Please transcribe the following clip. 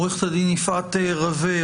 עו"ד יפעת רווה,